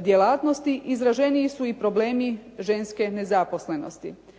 djelatnosti izraženiji su i problemi ženske nezaposlenosti.